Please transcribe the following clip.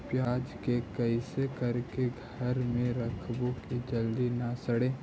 प्याज के कैसे करके घर में रखबै कि जल्दी न सड़ै?